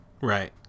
right